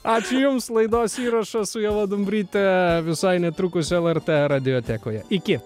ačiū jums laidos įrašą su ieva dumbryte visai netrukus lrt radiotekoje iki